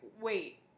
wait